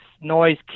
noise